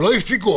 הפסיקו.